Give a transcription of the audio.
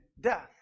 death